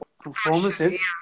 performances